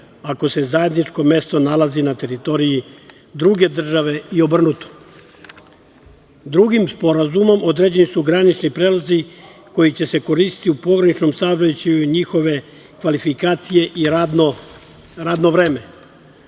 ako se zajedničko mesto nalazi na teritoriji druge države i obrnuto. Drugim sporazumom određeni su granični prelazi koji će se koristiti u pograničnom saobraćaju i njihove kvalifikacije i radno vreme.